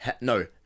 No